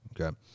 Okay